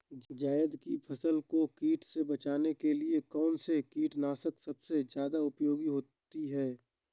जायद की फसल को कीट से बचाने के लिए कौन से कीटनाशक सबसे ज्यादा उपयोगी होती है?